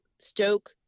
stoke